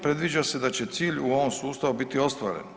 Predviđa se da će cilj u ovom sustavu biti ostvaren.